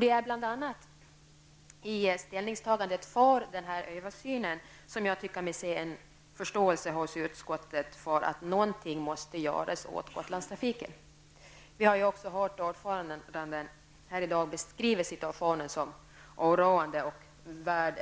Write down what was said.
Det är bl.a. i ställningstagandet för denna översyn som jag tycker mig se en förståelse hos utskottet för att något måste göras åt Gotlandstrafiken. Vi har ju också hört ordföranden beskriva situationen som oroande och värd